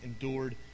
endured